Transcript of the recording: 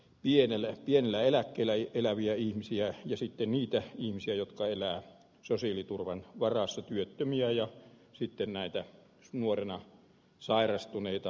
pienellä pienellä eläkkeellä eläviä ihmisiä ja sitten niitä ihmisiä jotka elää sosiaaliturvan varassa työttömiä ja sitten näitä nuorena sairastuneita